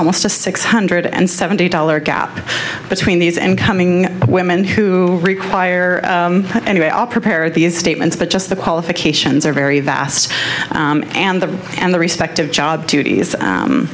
almost a six hundred and seventy dollars gap between these incoming women who require anyway i'll prepare these statements but just the qualifications are very vast and the and the respective job duties